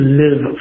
live